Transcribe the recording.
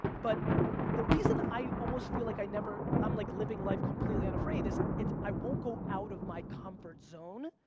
but the reason i almost feel like i never, i'm like living life completely unafraid is, it's i won't go out of my comfort zone,